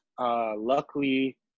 Luckily